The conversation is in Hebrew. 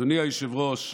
אדוני היושב-ראש,